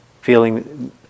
Feeling